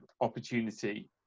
opportunity